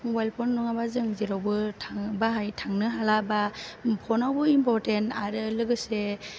mobile phone नङाबा जों जेरावबो थां बाहाय थांनो हाला बा फनआवबो इमफरथेन आरो लोगोसे